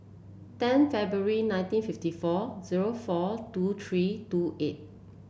ten February nineteen fifty four zero four two three two eight